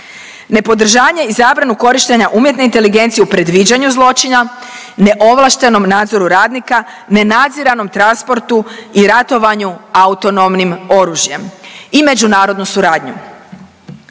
Nepodržanje i zabranu korištenja umjetne inteligencije u predviđanju zločina, neovlaštenom nadzoru radnika, nenadziranom transportu i ratovanju autonomnim oružjem i međunarodnu suradnju.